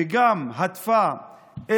וגם הדף את